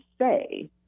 say